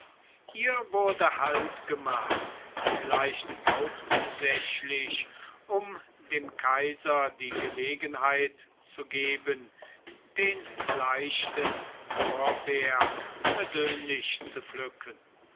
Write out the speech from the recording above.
hier wurde halt gemacht vielleicht hauptsächlich um dem kaiser die gelegenheit zu geben den leichten lorbeer persönlich zu pflücken